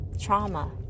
Trauma